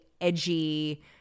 edgy